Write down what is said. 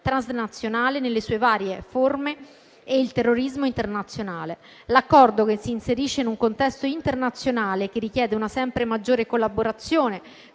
transnazionale nelle sue varie forme e il terrorismo internazionale. L'Accordo, che si inserisce in un contesto internazionale che richiede una sempre maggiore collaborazione